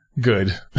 good